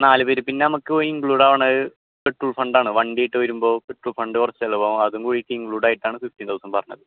നാല് പേർ പിന്നെ നമുക്ക് ഇൻക്ലൂഡ് ആകുന്നത് പെട്രോൾ ഫണ്ട് ആണ് വണ്ടിയായിട്ട് വരുമ്പോൾ പെട്രോൾ ഫണ്ട് കുറച്ച് ചിലവാകും അതും കൂടിയൊക്കെ ഇൻക്ലൂഡ് ആയിട്ടാണ് ഫിഫ്റ്റീൻ തൗസൻഡ് പറഞ്ഞത്